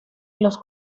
los